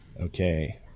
Okay